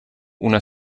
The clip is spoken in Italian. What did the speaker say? una